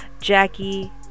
Jackie